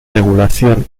regulación